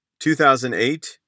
2008